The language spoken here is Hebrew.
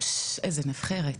איזו נבחרת.